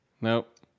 Nope